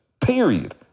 Period